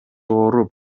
ооруп